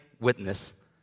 witness